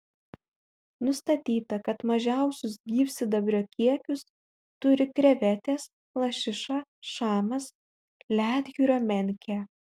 nustatyta kad mažiausius gyvsidabrio kiekius turi krevetės lašiša šamas ledjūrio menkė